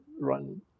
run